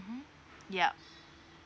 mmhmm yup